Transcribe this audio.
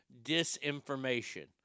disinformation